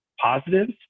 positives